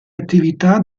attività